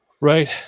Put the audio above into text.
Right